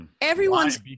everyone's